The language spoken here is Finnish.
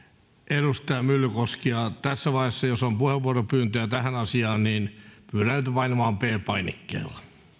edustaja myllykoski ja tässä vaiheessa jos on puheenvuoropyyntöjä tähän asiaan pyydän painamaan p painikkeella